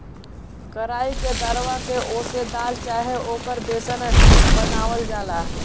कराई के दरवा के ओसे दाल चाहे ओकर बेसन बनावल जाला